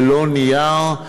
ללא נייר.